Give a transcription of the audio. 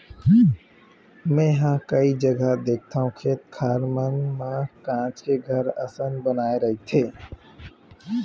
मेंहा कई जघा देखथव खेत खार मन म काँच के घर असन बनाय रहिथे